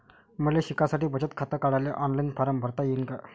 मले शिकासाठी बचत खात काढाले ऑनलाईन फारम भरता येईन का?